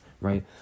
right